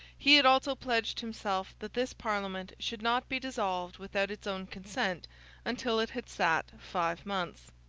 he had also pledged himself that this parliament should not be dissolved without its own consent until it had sat five months.